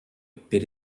per